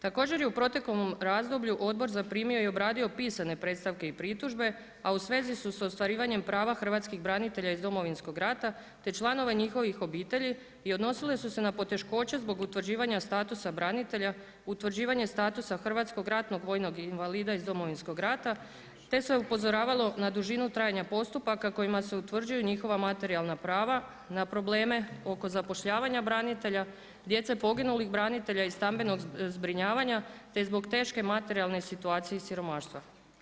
Također je u proteklom razdoblju odbor zaprimio i obradio pisane predstavke i pritužbe a u svezi su sa ostvarivanjem prava hrvatskih branitelja iz Domovinskog rata te članova njihovih obitelji i odnosile su se na poteškoće zbog utvrđivanja statusa branitelja, utvrđivanje statusa hrvatskog ratnog vojnog invalida iz Domovinskog rata te se upozoravalo na dužinu trajanja postupaka kojima se utvrđuju njihova materijalna prava na probleme oko zapošljavanja branitelja, djece poginulih branitelja i stambenog zbrinjavanja te zbog teške materijalne situacije i siromaštva.